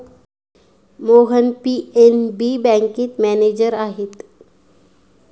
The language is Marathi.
मोहन पी.एन.बी बँकेत मॅनेजर आहेत